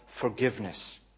forgiveness